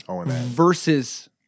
versus